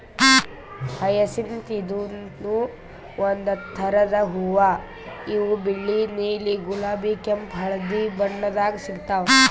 hyacinth ಇದೂನು ಒಂದ್ ಥರದ್ ಹೂವಾ ಇವು ಬಿಳಿ ನೀಲಿ ಗುಲಾಬಿ ಕೆಂಪ್ ಹಳ್ದಿ ಬಣ್ಣದಾಗ್ ಸಿಗ್ತಾವ್